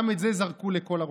גם את זה זרקו לכל הרוחות.